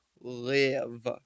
live